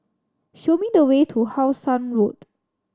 show me the way to How Sun Road